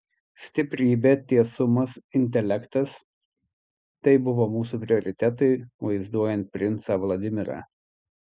stiprybė tiesumas intelektas tai buvo mūsų prioritetai vaizduojant princą vladimirą